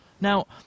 Now